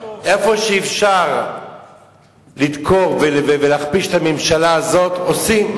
איפה שאפשר לדקור ולהכפיש את הממשלה הזאת, עושים.